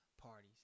parties